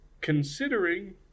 Considering